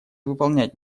выполнять